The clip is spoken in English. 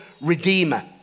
redeemer